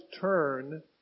turn